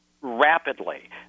rapidly